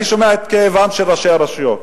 אני שומע את כאבם של ראשי הרשויות,